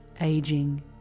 aging